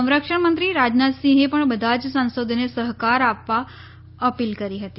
સંરક્ષણમંત્રી રાજનાથસિંહે પણ બધા જ સાંસદોને સહકાર આપવા અપીલ કરી હતી